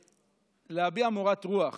להביע מורת רוח